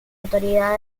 autoridad